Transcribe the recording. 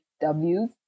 Ws